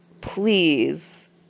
please